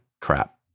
crap